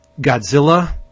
Godzilla